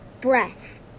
breath